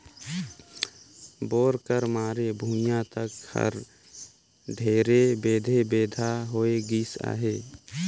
bore कर मारे भुईया तक हर ढेरे बेधे बेंधा होए गइस अहे